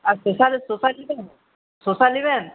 আর শসা ল্ শসা নেবেন শসা নেবেন